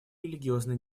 религиозной